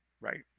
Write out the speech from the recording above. right